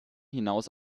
hinaus